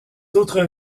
autres